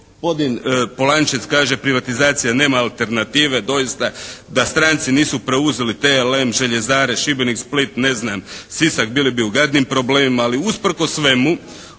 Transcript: Gospodin Polančec kaže privatizacija nema alternative. Doista da stranci nisu preuzeli TLM, Željezare Šibenik, Split, ne znam Sisak bili bi u gadnim problemima. Ali usprkos svemu